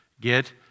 get